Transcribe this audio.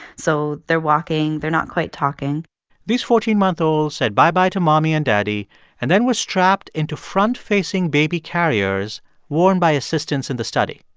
so they're walking. they're not quite talking these fourteen month olds said bye-bye to mommy and daddy and then were strapped into front-facing baby carriers worn by assistants in the study.